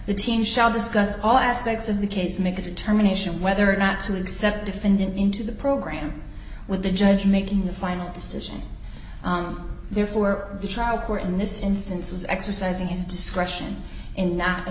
the team shall discuss all aspects of the case make a determination whether or not to accept defendant into the program with the judge making the final decision therefore the trial court in this instance was exercising his discretion in not